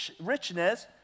richness